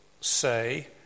say